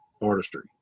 artistry